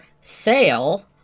sale